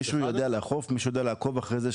מישהו יודע לאכוף ולעקוב אחרי זה?